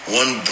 one